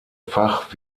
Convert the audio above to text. fach